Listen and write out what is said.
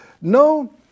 No